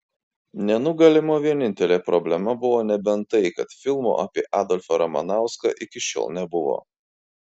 nenugalimo vienintelė problema buvo nebent tai kad filmo apie adolfą ramanauską iki šiol nebuvo